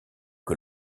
que